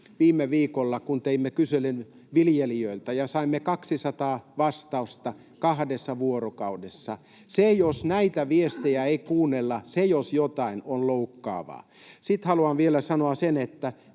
viime viikolla, kun teimme kyselyn viljelijöille ja saimme 200 vastausta kahdessa vuorokaudessa. Jos näitä viestejä ei kuunnella, se, jos jokin, on loukkaavaa. Sitten haluan vielä sanoa sen, että